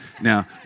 Now